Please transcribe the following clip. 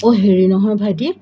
অ' হেৰি নহয় ভাইটি